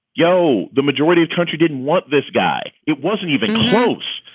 yo, the majority of country didn't want this guy. it wasn't even close.